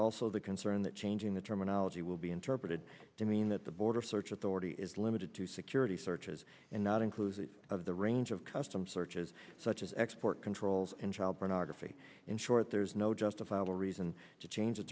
also the concern that changing the terminology will be interpreted to mean that the border search authority is limited to security searches and not inclusive of the range of custom searches such as export controls and child pornography in short there's no justifiable reason to change the